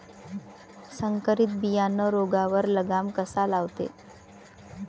संकरीत बियानं रोगावर लगाम कसा लावते?